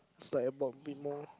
it's like about a bit more